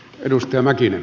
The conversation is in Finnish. arvoisa puhemies